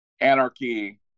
Anarchy